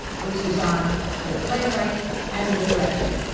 which is on the playwright and the director.